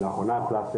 < יור >> היו"ר שרן מרים השכל: